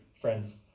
friends